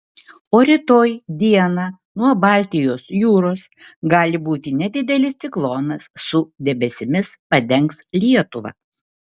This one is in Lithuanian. o rytoj dieną nuo baltijos jūros gali būti nedidelis ciklonas su debesimis padengs lietuvą